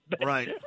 right